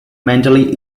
mentally